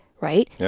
right